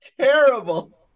terrible